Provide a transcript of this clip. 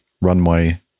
runway